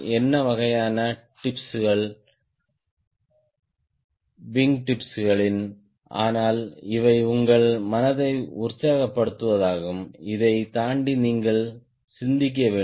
என்ன வகையான டிப்கள் விங்கிடிப்களின் ஆனால் இவை உங்கள் மனதை உற்சாகப்படுத்துவதாகும் இதைத் தாண்டி நீங்கள் சிந்திக்க வேண்டும்